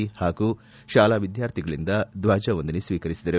ಪಾಗು ಶಾಲಾ ವಿದ್ಯಾರ್ಥಿಗಳಿಂದ ದ್ವಜವಂದನೆ ಸ್ವೀಕರಿಸಿದರು